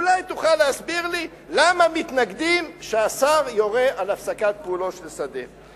אולי תוכל להסביר לי למה מתנגדים שהשר יורה על הפסקת פעולתו של שדה?